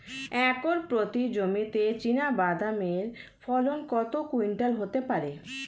Acre প্রতি জমিতে চীনাবাদাম এর ফলন কত কুইন্টাল হতে পারে?